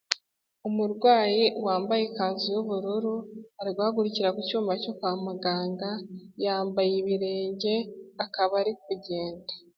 Umurwayi wambaye ikanzu y'ubururu, ari guhagurukira ku cyuma cyo kwa muganga, yambaye ibirenge akaba ari kugenda.